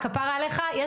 כפרה עליך,